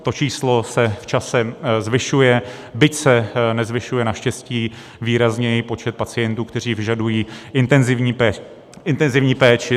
To číslo se v čase zvyšuje, byť se nezvyšuje naštěstí výrazněji počet pacientů, kteří vyžadují intenzivní péči.